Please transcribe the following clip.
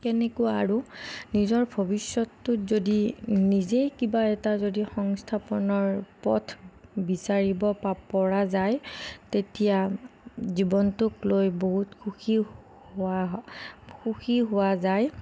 তেনেকুৱা আৰু নিজৰ ভৱিষ্যতটোত যদি নিজেই কিবা এটা যদি সংস্থাপনৰ পথ বিচাৰিব পৰা যায় তেতিয়া জীৱনটোকলৈ বহুত সুখী হোৱা সুখী হোৱা যায়